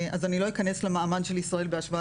אז אני לא אכנס למעמד של ישראל בהשוואה